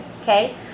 Okay